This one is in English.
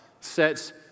sets